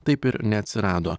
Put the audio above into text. taip ir neatsirado